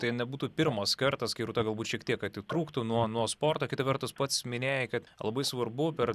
tai nebūtų pirmas kartas kai rūta galbūt šiek tiek atitrūktų nuo nuo sporto kita vertus pats minėjai kad labai svarbu per